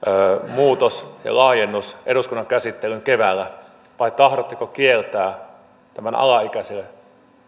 muutos ja laajennus eduskunnan käsittelyyn keväällä vai tahdotteko kieltää tämän alaikäiselle